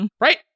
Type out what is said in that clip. Right